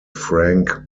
frank